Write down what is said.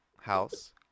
house